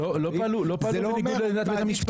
זה לא אומר --- לא פעלו בניגוד לעמדת בית המשפט.